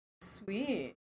Sweet